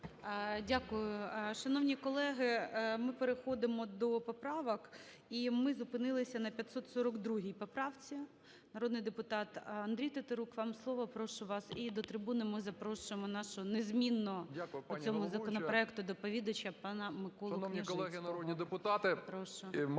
Дякую. Шановні колеги, ми переходимо до поправок. І ми зупинилися на 542 поправці. Народний депутат Андрій Тетерук, вам слово, прошу вас. І до трибуни ми запрошуємо нашого незмінного по цьому законопроекту доповідача пана МиколуКняжицького.